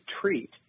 treat